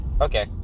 Okay